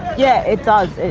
yeah, it does.